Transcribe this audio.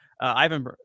Ivan –